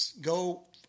go